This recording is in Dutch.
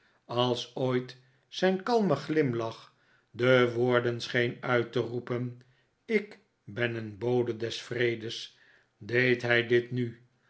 als ooit zijn kalme glimlach de woorden scheen uit te roepen ik ben een bode des vredes deed hij dit nu